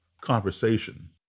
conversation